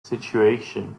situation